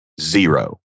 Zero